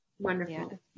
Wonderful